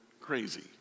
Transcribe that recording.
crazy